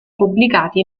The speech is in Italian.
pubblicati